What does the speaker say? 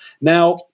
Now